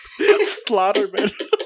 Slaughterman